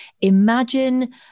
Imagine